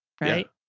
right